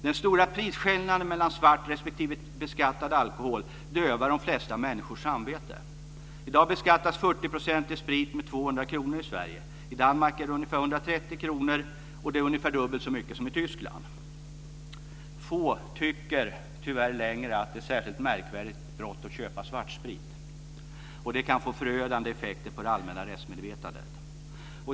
Den stora prisskillnaden mellan svart respektive beskattad alkohol dövar de flesta människors samveten. I dag beskattas 40-procentig sprit med 200 kr i Sverige. I Danmark är det ungefär 130 kr - ungefär dubbelt så mycket som i Tyskland. Få tycker tyvärr längre att det är ett särskilt märkvärdigt brott att köpa svartsprit. Det kan få förödande effekter på det allmänna rättsmedvetandet.